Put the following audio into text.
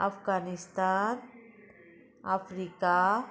Afghanistan Africa